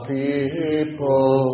people